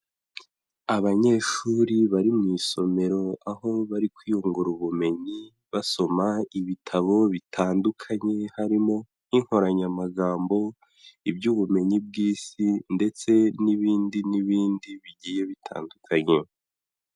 Abanyeshuri bari mu isomero aho bari kwiyungura ubumenyi basoma ibitabo bitandukanye harimo nk'inkoranyamagambo, iby'ubumenyi bw'Isi ndetse n'ibindi n'ibindi bigiye bitandukanye.